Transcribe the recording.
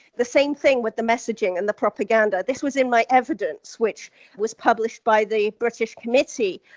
the same thing with the messaging and the propaganda. this was in my evidence which was published by the british committee.